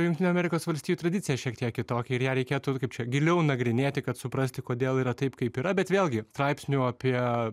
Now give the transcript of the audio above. jungtinių amerikos valstijų tradicija šiek tiek kitokia ir ją reikėtų kaip čia giliau nagrinėti kad suprasti kodėl yra taip kaip yra bet vėlgi straipsnių apie